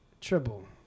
Triple